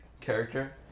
character